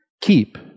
Keep